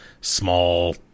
small